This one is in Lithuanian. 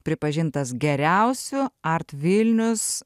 pripažintas geriausiu art vilnius